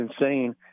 insane